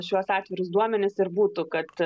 šiuos atvirus duomenis ir būtų kad